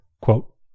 quote